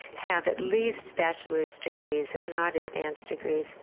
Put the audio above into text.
have at least bachelors degrees if not advanced degrees,